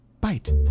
bite